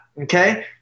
okay